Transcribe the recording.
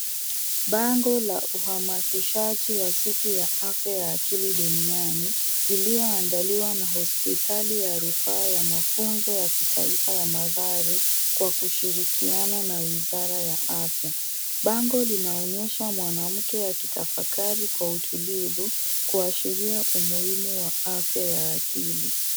Bango la uhamasishaji wa siku ya afya ya akili duniani, iliyoandaliwa na hospitali ya rufaa ya mafunzo ya kitaifa ya Mathare kwa kushirikiana na wizara ya afya. Bango linaonyesha mwanamke akitafakari kwa utulivu, kuashiria umuhimu wa afya ya akili.